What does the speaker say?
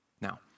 Now